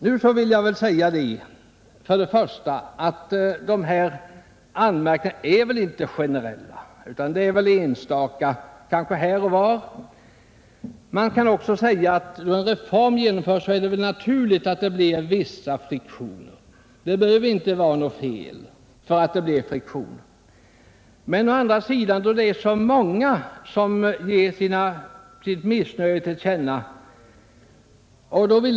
Nu vill jag säga att de anmärkningar som gjorts inte är generella utan bara enstaka som framförts här och var. När en reform genomföres är det bara naturligt att det uppstår vissa friktioner, och det behöver inte vara något fel. Det är sålunda många som givit sitt missnöje till känna.